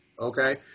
Okay